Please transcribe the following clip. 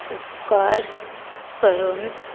उपकार करून